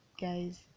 Guys